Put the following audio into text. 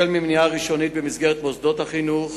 ממניעה ראשונית במסגרת מוסדות החינוך,